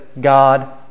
God